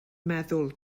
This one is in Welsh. meddwl